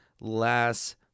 last